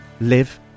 live